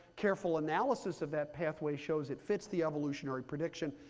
careful analysis of that pathway shows it fits the evolutionary prediction,